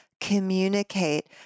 communicate